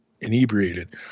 inebriated